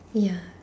ya